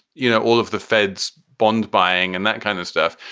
you know, all of the fed's bond buying and that kind of stuff.